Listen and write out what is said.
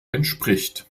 entspricht